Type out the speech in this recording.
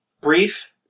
Brief